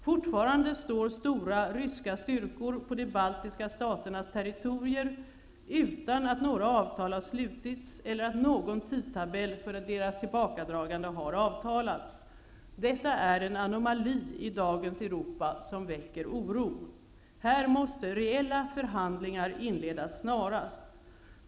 Fortfarande står stora ryska styrkor på de baltiska staternas territorier utan att några avtal har slutits eller att någon tidtabell för deras tillbakadragande har avtalats. Detta är en anomali i dagens Europa som väcker oro. Här måste reella förhandlingar inledas snarast.